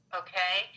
okay